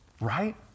Right